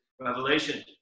revelation